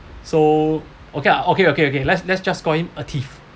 so okay lah okay okay okay let's let's just call him a thief